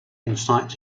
insights